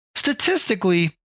Statistically